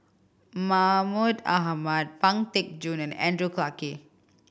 Mahmud Ahmad Pang Teck Joon and Andrew Clarke